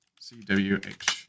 CWH